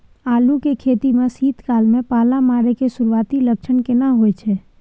आलू के खेती में शीत काल में पाला मारै के सुरूआती लक्षण केना होय छै?